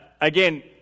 again